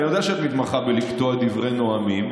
אני יודע שאת מתמחה בלקטוע דברי נואמים,